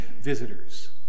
visitors